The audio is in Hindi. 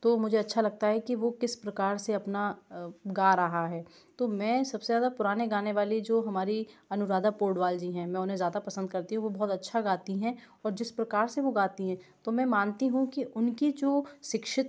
तो मुझे अच्छा लगता है कि वो किस प्रकार से अपना गा रहा है तो मैं सबसे ज़्यादा पुराने गाने वाली जो हमारी अनुराधा पोडवाल जी हैं मैं उन्हें ज़्यादा पसंद करती हूँ वो बहुत अच्छा गाती हैं और जिस प्रकार से वो गाती हैं तो मैं मानती हूँ कि उनकी जो शिक्षित